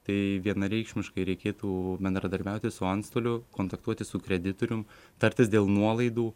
tai vienareikšmiškai reikėtų bendradarbiauti su antstoliu kontaktuoti su kreditorium tartis dėl nuolaidų